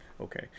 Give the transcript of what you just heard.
Okay